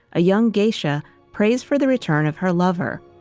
a young geisha prays for the return of her lover.